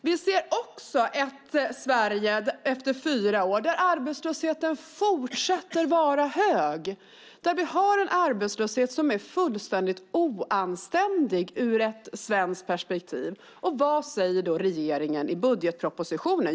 Vi ser nu efter de senaste fyra åren ett Sverige där arbetslösheten fortsätter att vara hög. Vi har en arbetslöshet som är fullständigt oanständig i ett svenskt perspektiv. Vad säger då regeringen i budgetpropositionen?